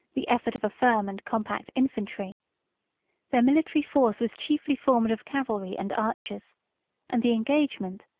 the effort of a firm and compact infantry their military force was chiefly formed of cavalry and archers and the engagement,